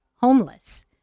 homeless